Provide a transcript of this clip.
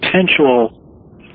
potential